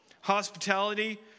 hospitality